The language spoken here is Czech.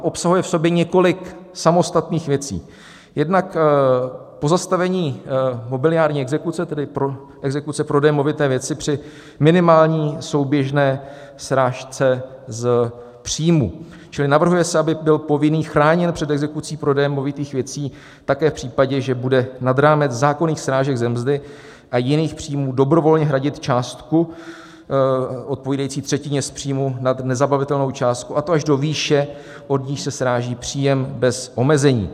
Obsahuje v sobě několik samostatných věcí, jednak pozastavení mobiliární exekuce, tedy exekuce prodejem movité věci při minimální souběžné srážce z příjmu, čili navrhuje se, aby byl povinný chráněn před exekucí prodejem movitých věcí také v případě, že bude nad rámec zákonných srážek ze mzdy a jiných příjmů dobrovolně hradit částku odpovídající třetině z příjmu nad nezabavitelnou částku, a to až do výše, od níž se sráží příjem bez omezení.